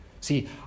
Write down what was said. See